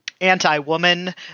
anti-woman